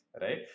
Right